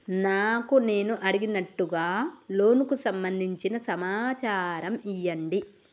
నాకు నేను అడిగినట్టుగా లోనుకు సంబందించిన సమాచారం ఇయ్యండి?